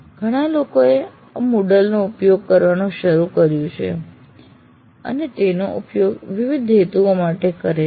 ઘણા લોકોએ MOODLEનો ઉપયોગ કરવાનું શરૂ કર્યું છે અને તેનો ઉપયોગ વિવિધ હેતુઓ માટે કરે છે